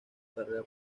carrera